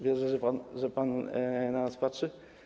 Wierzę, że pan na nas patrzy.